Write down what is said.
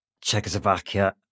Czechoslovakia